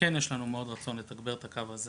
כן יש לנו מאד רצון לתגבר את הקו הזה